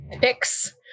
picks